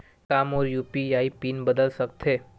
का मोर UPI PIN बदल सकथे?